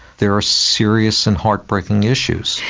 there are serious and heartbreaking issues.